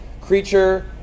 creature